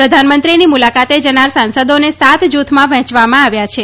પ્રધાનમંત્રીની મુલાકાતે જનાર સાંસદોને સાત જૂથમાં વહેંચવામાં આવ્યા છે